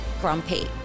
grumpy